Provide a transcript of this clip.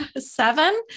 seven